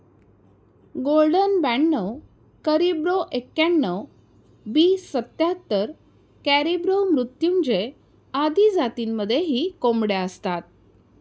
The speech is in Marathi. गोल्डन ब्याणव करिब्रो एक्याण्णण, बी सत्याहत्तर, कॅरिब्रो मृत्युंजय आदी जातींमध्येही कोंबड्या असतात